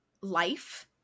life